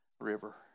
river